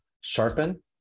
sharpen